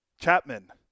Chapman